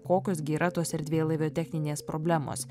kokios gi yra tos erdvėlaivio techninės problemos